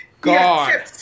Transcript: God